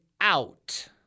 out